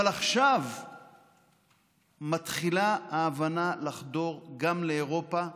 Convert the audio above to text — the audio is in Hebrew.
אבל עכשיו מתחילה ההבנה לחדור גם לאירופה.